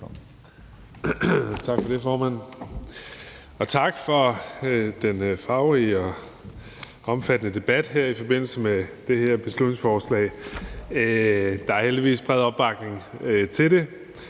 Tak for det, formand. Og tak for den farverige og omfattende debat her i forbindelse med det her beslutningsforslag. Der er heldigvis bred opbakning til det.